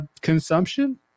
consumption